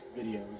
videos